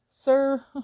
Sir